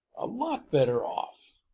a lot better off!